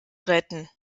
retten